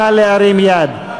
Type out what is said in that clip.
נא להרים יד.